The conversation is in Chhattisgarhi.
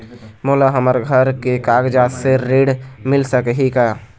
मोला हमर घर के कागजात से ऋण मिल सकही का?